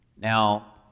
Now